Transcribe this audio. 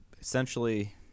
essentially